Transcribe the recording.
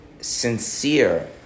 sincere